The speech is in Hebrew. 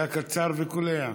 היה קצר וקולע.